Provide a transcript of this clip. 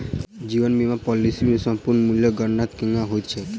जीवन बीमा पॉलिसी मे समर्पण मूल्यक गणना केना होइत छैक?